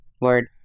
Word